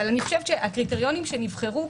הקריטריונים שנבחרו,